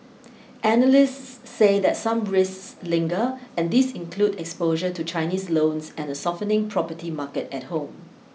analysts say some risks linger and these include exposure to Chinese loans and a softening property market at home